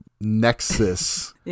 nexus